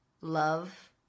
Love